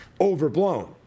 overblown